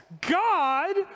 God